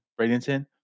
Bradenton